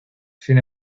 sin